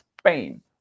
Spain